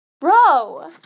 Bro